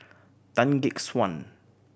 Tan Gek Suan